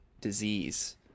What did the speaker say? disease